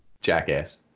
Jackass